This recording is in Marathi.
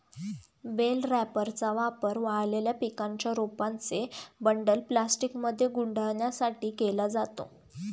बेल रॅपरचा वापर वाळलेल्या पिकांच्या रोपांचे बंडल प्लास्टिकमध्ये गुंडाळण्यासाठी केला जातो